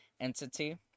entity